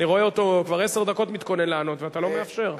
אני רואה אותו כבר עשר דקות מתכונן לענות ואתה לא מאפשר.